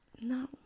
No